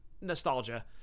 nostalgia